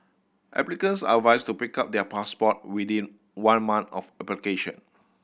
applicants are advised to pick up their passport within one month of application